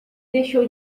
deixou